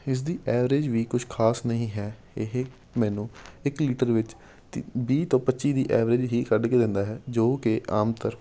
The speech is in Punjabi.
ਇਸ ਦੀ ਐਵਰੇਜ ਵੀ ਕੁਝ ਖਾਸ ਨਹੀਂ ਹੈ ਇਹ ਮੈਨੂੰ ਇੱਕ ਲੀਟਰ ਵਿੱਚ ਤ ਵੀਹ ਤੋਂ ਪੱਚੀ ਦੀ ਐਵਰੇਜ ਹੀ ਕੱਢ ਕੇ ਦਿੰਦਾ ਹੈ ਜੋ ਕਿ ਆਮ ਤੌਰ